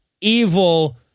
evil